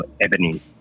Ebony